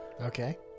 Okay